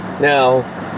Now